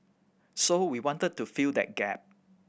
so we wanted to fill that gap